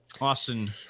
Austin